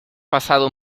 pasado